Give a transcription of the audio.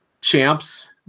champs